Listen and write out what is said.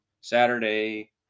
saturday